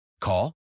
Call